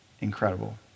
incredible